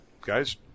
guys